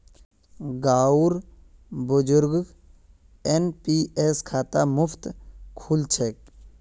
गांउर बुजुर्गक एन.पी.एस खाता मुफ्तत खुल छेक